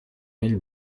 mille